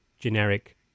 generic